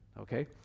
Okay